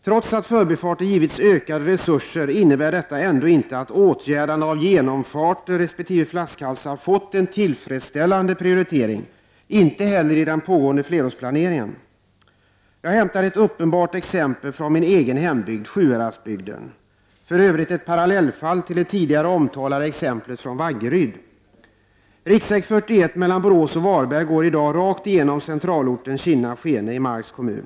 Trots att förbifarter givits ökade resurser innebär detta ändå inte att åtgärdande av genomfarter resp. flaskhalsar fått en tillfredsställande prioritering, inte heller i den pågående flerårsplaneringen. Jag hämtar ett uppenbart exempel från min egen hembygd, Sjuhäradsbygden, som för övrigt är ett parallellfall till det tidigare omtalade exemplet från Vaggeryd. Riksväg 41 mellan Borås och Varberg går i dag rakt igenom centralorten Kinna-Skene i Marks kommun.